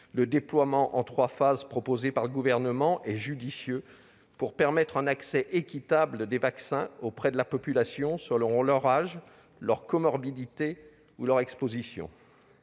Le déploiement en trois phases proposé par le Gouvernement est judicieux pour permettre un accès équitable aux vaccins des personnes selon leur âge, leur comorbidité ou leur exposition.